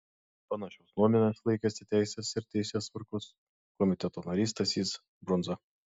panašios nuomonės laikėsi teisės ir teisėtvarkos komiteto narys stasys brundza